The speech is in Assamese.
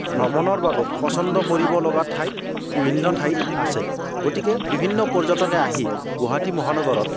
ভ্ৰমণৰ বাবে পচন্দ কৰিবলগীয়া ঠাই বিভিন্ন ঠাইত আছে গতিকে বিভিন্ন পৰ্যটকে আহি গুৱাহাটী মহানগৰত